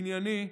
ענייני,